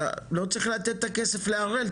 לא צריך לתת את הכסף להראל,